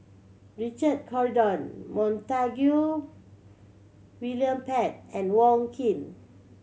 Richard Corridon Montague William Pett and Wong Keen